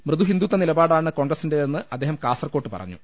മൃദുഹിന്ദുത്വനിലപാടാണ് കോൺഗ്രസിന്റേതെന്നും അദ്ദേഹം കാസർകോട്ട് പറഞ്ഞു